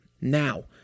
Now